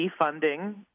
defunding